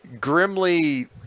grimly